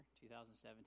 2017